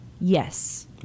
Yes